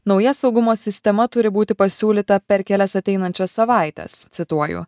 nauja saugumo sistema turi būti pasiūlyta per kelias ateinančias savaites cituoju